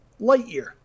Lightyear